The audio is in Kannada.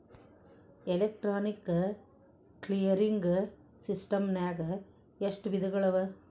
ಎಲೆಕ್ಟ್ರಾನಿಕ್ ಕ್ಲಿಯರಿಂಗ್ ಸಿಸ್ಟಮ್ನಾಗ ಎಷ್ಟ ವಿಧಗಳವ?